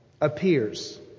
appears